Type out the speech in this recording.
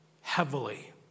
heavily